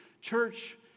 church